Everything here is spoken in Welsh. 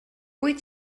wyt